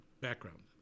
background